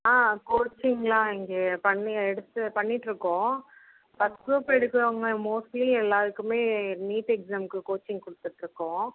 ஆ கோச்சிங்குலாம் இங்கே பண்ணி எடுத்து பண்ணிட்டுருக்கோம் ஃபஸ்ட் க்ரூப் எடுக்கிறவங்க மோஸ்ட்லி எல்லோருக்குமே நீட் எக்ஸாமுக்கு கோச்சிங் கொடுத்துட்ருக்கோம்